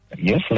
Yes